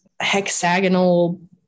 hexagonal